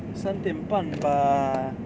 三点半吧